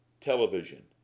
Television